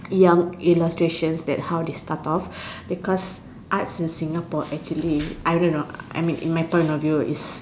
young illustrations that how they start off because arts in Singapore actually I don't know I mean in my point of view is